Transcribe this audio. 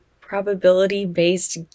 probability-based